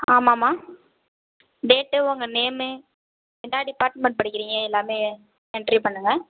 ஆமாமாம்மா date உங்கள் name என்ன department படிக்கிறீங்க எல்லாமே என்ட்ரி பண்ணுங்கள்